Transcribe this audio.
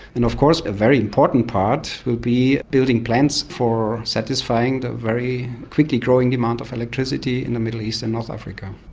and of course a very important part will be building plants for satisfying the very quickly growing demand of electricity in the middle east and north africa.